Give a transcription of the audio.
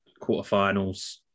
quarterfinals